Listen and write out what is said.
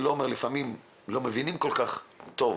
לפעמים לא מבינים כל כך טוב,